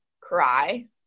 cry